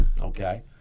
okay